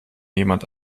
jemand